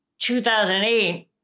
2008